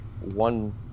one